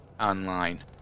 online